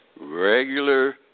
regular